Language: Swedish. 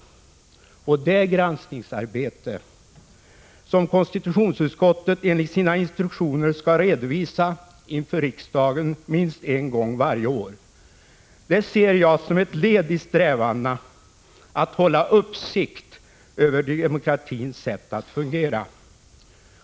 Det granskningsarbete som konstitutionsutskottet enligt sina instruktioner skall redovisa inför riksdagen minst en gång varje år är ett led i strävandena att hålla uppsikt över demokratins sätt att fungera.